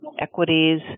equities